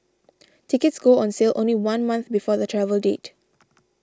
tickets go on sale only one month before the travel date